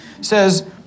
says